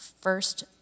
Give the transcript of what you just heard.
first